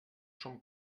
som